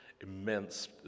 immense